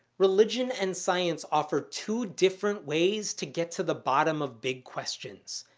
religion and science offer two different ways to get to the bottom of big questions.